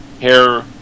hair